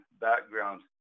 background